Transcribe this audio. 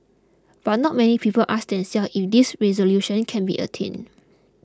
but not many people ask themselves if these resolutions can be attained